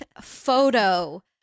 photo